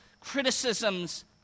criticisms